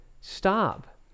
stop